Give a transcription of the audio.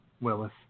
Willis